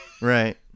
right